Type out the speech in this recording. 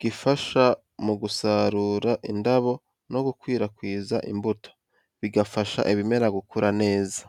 gifasha mu gusarura indabo no gukwirakwiza imbuto, bigafasha ibimera gukura neza.